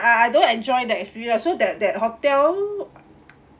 I I don't enjoy the experience so that that hotel